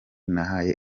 nahaye